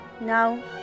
now